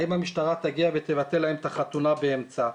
האם המשטרה תגיע תבטל להם את החתונה באמצע.